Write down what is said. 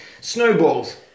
snowballs